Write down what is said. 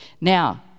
Now